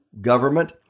government